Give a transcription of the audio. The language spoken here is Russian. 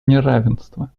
неравенства